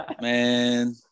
man